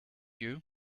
you